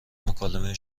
مکالمه